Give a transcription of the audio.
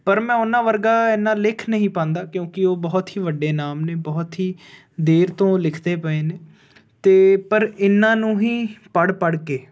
ਪਰ ਮੈਂ ਉਹਨਾਂ ਵਰਗਾ ਇੰਨਾ ਲਿਖ ਨਹੀਂ ਪਾਉਂਦਾ ਕਿਉਂਕਿ ਉਹ ਬਹੁਤ ਹੀ ਵੱਡੇ ਨਾਮ ਨੇ ਬਹੁਤ ਹੀ ਦੇਰ ਤੋਂ ਲਿਖਦੇ ਪਏ ਨੇ ਅਤੇ ਪਰ ਇਹਨਾਂ ਨੂੰ ਹੀ ਪੜ੍ਹ ਪੜ੍ਹ ਕੇ